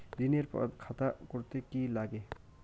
ঋণের খাতা করতে কি লাগে?